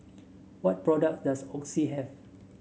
what products does Oxy have